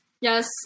yes